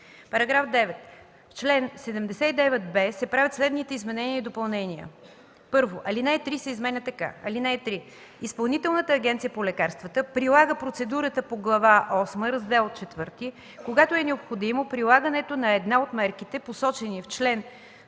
§ 9: „§ 9. В чл. 79б се правят следните изменения и допълнения: 1. Алинея 3 се изменя така: „(3) Изпълнителната агенция по лекарствата прилага процедурата по Глава осма, Раздел ІV, когато е необходимо прилагането на една от мерките, посочени в чл.